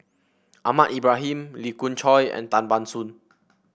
Ahmad Ibrahim Lee Khoon Choy and Tan Ban Soon